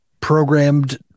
programmed